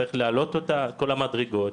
צריך להעלות אותה את כל המדרגות.